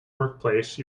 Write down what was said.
workplace